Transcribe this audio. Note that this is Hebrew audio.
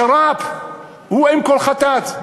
השר"פ הוא אם כל חטאת?